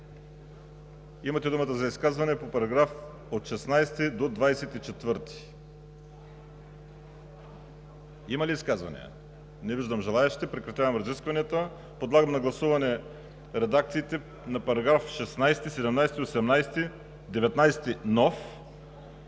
Имате думата за изказвания по параграфи от 16 до 24. Има ли изказвания? Не виждам. Прекратявам разискванията. Подлагам на гласуване редакциите на параграфи 16, 17, 18; § 19,